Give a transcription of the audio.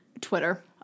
Twitter